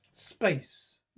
Space